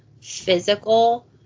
physical